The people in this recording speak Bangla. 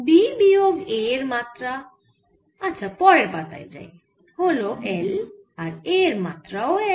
b বিয়োগ a এর মাত্রা পরের পাতায় যাই হল L আর a এর মাত্রা ও L